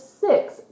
six